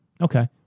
Okay